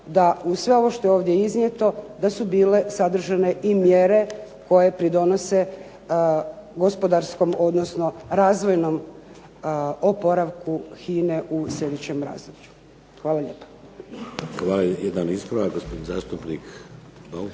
da uz sve ovo što je ovdje iznijeto da su bile sadržane i mjere koje pridonose gospodarskom, odnosno razvojnom oporavku HINA-e u sljedećem razdoblju. Hvala lijepo. **Šeks, Vladimir (HDZ)** Hvala. Jedan ispravak, gospodin zastupnik